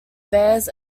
bears